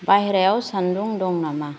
बाहेरायाव सानदुं दङ नामा